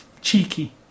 cheeky